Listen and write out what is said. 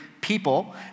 people